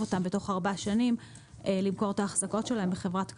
אותם בתוך ארבע שנים למכור את האחזקות שלהם בחברת "כאל"?